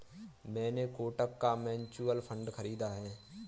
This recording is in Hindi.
मैंने कोटक का म्यूचुअल फंड खरीदा है